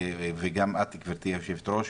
וגם את גברתי היושבת-ראש.